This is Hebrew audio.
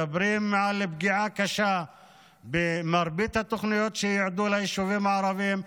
מדברים על פגיעה קשה במרבית התוכניות שיועדו ליישובים הערביים.